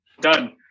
done